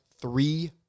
three